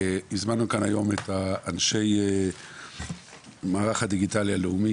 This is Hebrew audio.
הזמנו כאן היום את אנשי המערך הדיגיטלי הלאומי,